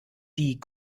die